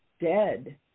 dead